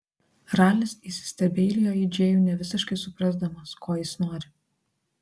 ralis įsistebeilijo į džėjų nevisiškai suprasdamas ko jis nori